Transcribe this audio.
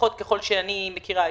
לפחות ככל שאני מכירה.